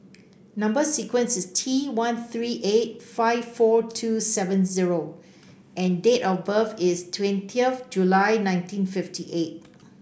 number sequence is T one three eight five four two seven O and date of birth is twenty of July nineteen fifty eight